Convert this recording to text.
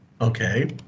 Okay